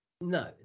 no